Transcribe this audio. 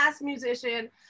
musician